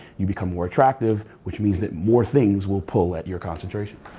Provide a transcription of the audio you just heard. you become more attractive, which means that more things will pull at your concentration.